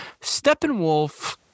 Steppenwolf